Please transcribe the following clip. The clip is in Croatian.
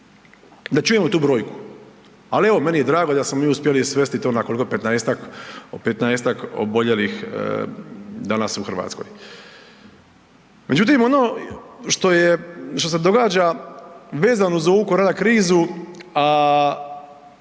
Da čujemo tu brojku. Ali, evo, meni je drago da smo mi uspjeli svesti to na koliko, 15-tak oboljelih danas u Hrvatskoj. Međutim ono što se događa vezano uz ovu korona krizu,